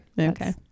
okay